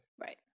right